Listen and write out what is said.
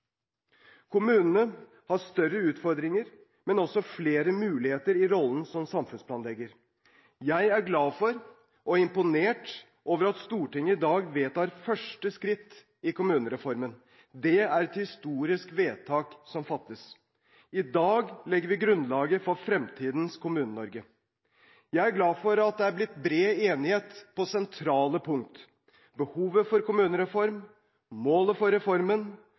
Kommunene har større utfordringer, men også flere muligheter i rollen som samfunnsplanlegger. Jeg er glad for og imponert over at Stortinget i dag vedtar første skritt i kommunereformen. Det er et historisk vedtak som fattes. I dag legger vi grunnlaget for fremtidens Kommune-Norge. Jeg er glad for at det er blitt bred enighet på sentrale punkter: behovet for kommunereform, målet for reformen,